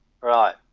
Right